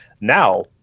now